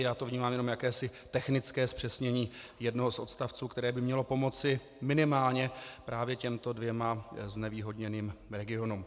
Já to vnímám jenom jako jakési technické zpřesnění jednoho z odstavců, které by mělo pomoci minimálně právě těmto dvěma znevýhodněným regionům.